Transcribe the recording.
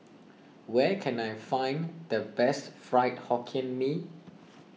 where can I find the best Fried Hokkien Mee